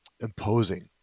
imposing